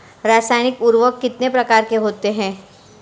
रासायनिक उर्वरक कितने प्रकार के होते हैं?